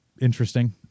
interesting